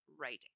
writing